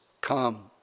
come